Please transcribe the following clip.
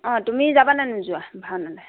অঁ তুমি যাবা নে নোযোৱা ভাওনালৈ